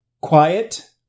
Quiet